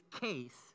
case